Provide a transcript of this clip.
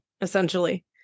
essentially